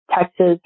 Texas